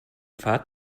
fahrt